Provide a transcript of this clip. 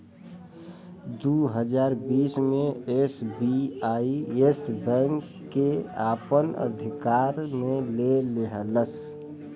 दू हज़ार बीस मे एस.बी.आई येस बैंक के आपन अशिकार मे ले लेहलस